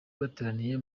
bateraniye